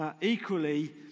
Equally